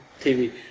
TV